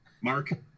Mark